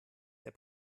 der